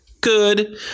good